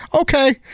Okay